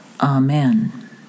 Amen